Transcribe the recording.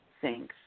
Thanks